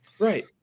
Right